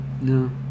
No